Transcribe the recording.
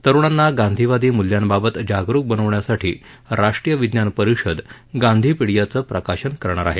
तरुणांना गांधीवादी मुल्यांबाबत जागरुक बनवण्यासाठी राष्ट्रीय विज्ञान परिषद गांधी पिडियाचं प्रकाशन करणार आहे